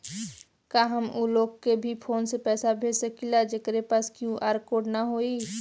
का हम ऊ लोग के भी फोन से पैसा भेज सकीला जेकरे पास क्यू.आर कोड न होई?